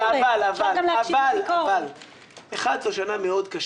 אבל תהיה --- אז הם נתנו ------ רגע,